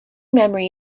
memory